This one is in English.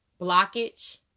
blockage